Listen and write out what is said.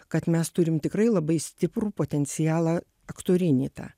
kad mes turim tikrai labai stiprų potencialą aktorinį tą